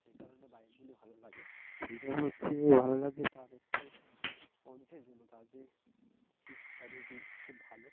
সেই কারণে বাইকগুলি ভালো লাগে হিরো হচ্ছে ভালো লাগে তার হচ্ছে স্পঞ্জের জন্য তার যে সিট কেপেবিলিটি খুব ভালো